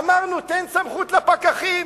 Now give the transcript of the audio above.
אמרנו: תן סמכות לפקחים.